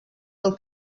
del